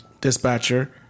dispatcher